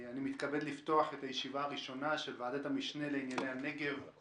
אני מתכבד לפתוח את הישיבה הראשונה של ועדת המשנה לענייני הנגב של